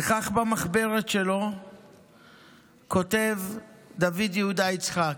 וכך במחברת שלו כותב דוד יהודה יצחק: